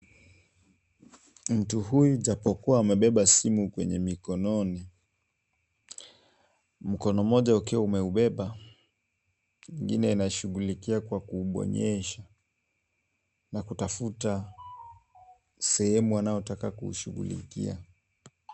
Mtu huyu ijapokuwa amebeba simu kwenye mikononi, mkono moja ukiwa umeubeba ingine inashughulikia kwa kuubonyeza na kutafuta sehemu anaotaka kuishughulikia.